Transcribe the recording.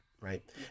right